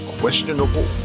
questionable